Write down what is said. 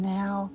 now